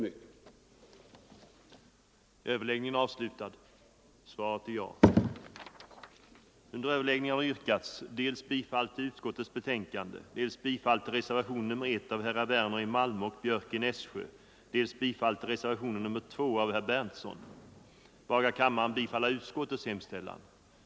församling att ombesörja begravningar